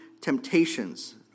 temptations